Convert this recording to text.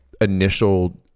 initial